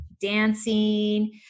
dancing